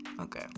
Okay